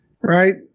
right